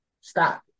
Stop